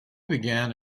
began